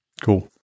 Cool